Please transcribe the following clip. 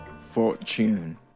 Fortune